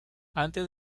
antes